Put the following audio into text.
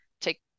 take